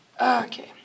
okay